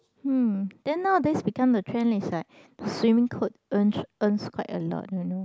hmm then nowadays become the trend is like swimming coat earn earns quite a lot you know